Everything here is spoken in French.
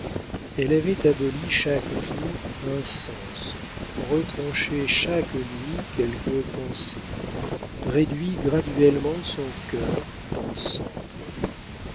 elle avait aboli chaque jour un sens retranché chaque nuit quelque pensée réduit graduellement son cœur en cendres